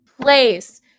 place